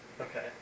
Okay